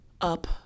up